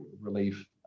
relief